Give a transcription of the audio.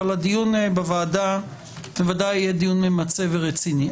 אבל הדיון בוועדה בוודאי יהיה דיון ממצה ורציני.